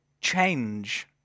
change